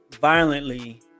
violently